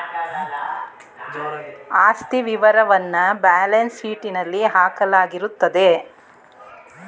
ಆಸ್ತಿ ವಿವರವನ್ನ ಬ್ಯಾಲೆನ್ಸ್ ಶೀಟ್ನಲ್ಲಿ ಹಾಕಲಾಗಿರುತ್ತದೆ